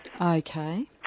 Okay